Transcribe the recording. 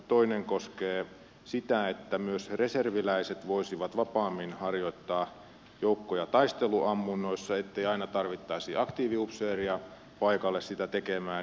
toinen koskee sitä että myös reserviläiset voisivat vapaammin harjoittaa joukkoja taisteluammunnoissa ettei aina tarvittaisi aktiiviupseeria paikalle sitä tekemään